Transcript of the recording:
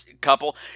couple